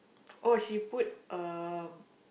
oh she put uh